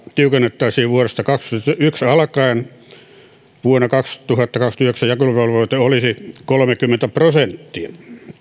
tiukennettaisiin vuodesta kaksikymmentäyksi alkaen vuonna kaksituhattakaksikymmentäyhdeksän jakeluvelvoite olisi kolmekymmentä prosenttia